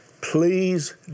Please